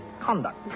conduct